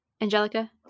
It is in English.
Angelica